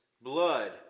blood